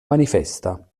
manifesta